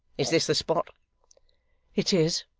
is this the spot it is